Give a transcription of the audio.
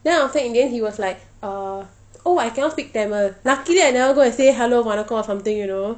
then after that in the end he was like uh oh I cannot speak tamil luckily I never go and say hello vanakkam or something you know